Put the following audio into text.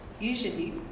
usually